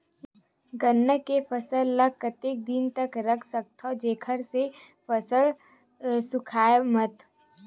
गन्ना के फसल ल कतेक दिन तक रख सकथव जेखर से फसल सूखाय मत?